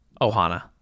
Ohana